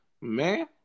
Man